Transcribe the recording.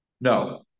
No